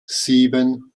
sieben